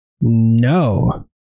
No